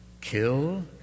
kill